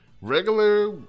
Regular